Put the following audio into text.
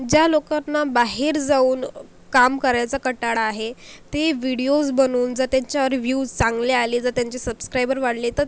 ज्या लोकांना बाहेर जाऊन काम करायचा कंटाळा आहे ते विडिओज बनवून जर त्यांच्या रिव्यूज चांगले आले जर त्यांचे सबस्क्रायबर वाढले तर